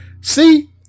See